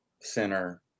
center